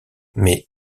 mais